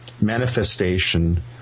manifestation